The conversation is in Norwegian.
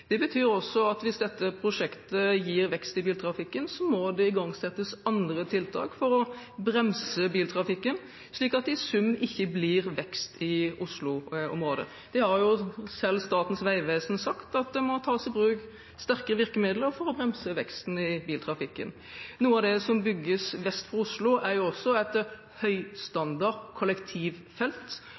Det betyr også at hvis dette prosjektet gir vekst i biltrafikken, må det igangsettes andre tiltak for å bremse biltrafikken, slik at det i sum ikke blir vekst i Oslo-området. Det har selv Statens vegvesen sagt, at det må tas i bruk sterke virkemidler for å bremse veksten i biltrafikken. Noe av det som bygges vest for Oslo, er et høystandard kollektivfelt